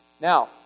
Now